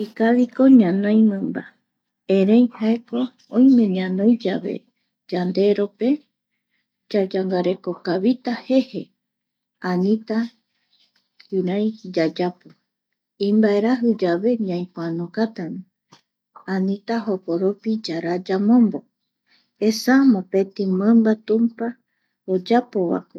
Ikaviko ñanoi mimba erei jaeko oime ñanoi yanderopeyave yanderope yayangarekokavita jeje anita kirai yayapo imbaeraji yave ñaipoanokata anita jokoropi yaraja yamombo esa mopeti mimba tumpa oyapovae jaeko ñanoita mimba yaimba mita ani iru va yamaeta je imbaeraji yae yayangarekota je anita ñamaiño yimbiai oiporara